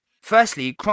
firstly